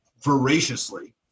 voraciously